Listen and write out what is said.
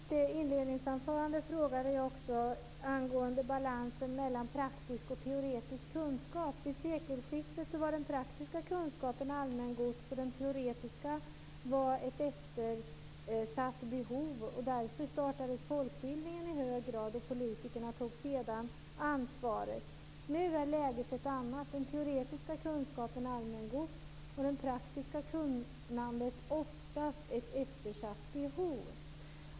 Fru talman! I mitt inledningsanförande frågade jag också om balansen mellan praktisk och teoretisk kunskap. Vid sekelskiftet var de praktiska kunskaperna allmängods, och det teoretiska var ett eftersatt behov. I hög grad därför startade folkbildningsverksamheten, och sedan tog politikerna över ansvaret. Nu är läget ett annat. Den teoretiska kunskapen är allmängods, och det praktiska kunnandet ofta ett eftersatt behov.